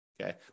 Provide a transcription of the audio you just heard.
Okay